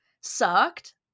sucked